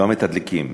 לא המתדלקים,